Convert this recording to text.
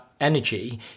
energy